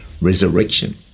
resurrection